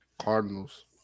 Cardinals